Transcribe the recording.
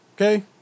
Okay